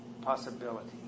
possibility